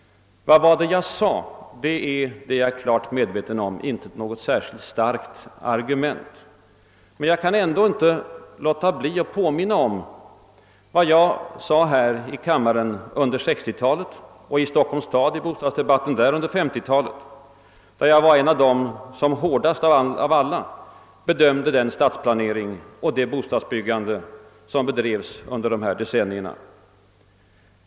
» Vad var det jag sade» — det är inte något starkt argument, det är jag klart medveten om. Men jag kan ändå inte låta bli att påminna om vad jag sade här i kammaren under 1960-talet och i bostadsdebatten i Stockholms stad under 1950-talet, då jag var en av dem som hårdast av alla bedömde den stadsplanering och det bostadsbyggande som bedrevs under dessa decennier.